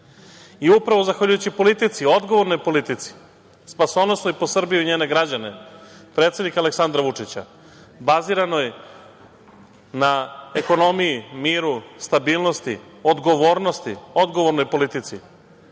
Upravo zahvaljujući odgovornoj politici, spasonosnoj po Srbiju i njene građane, predsednika Aleksandra Vučića baziranoj na ekonomiji, miru, stabilnosti, odgovornosti, odgovornoj politici,